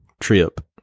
trip